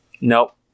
Nope